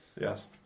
Yes